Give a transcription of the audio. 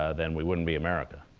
ah then we wouldn't be america.